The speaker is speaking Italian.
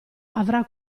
avrà